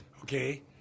Okay